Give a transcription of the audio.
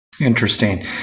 Interesting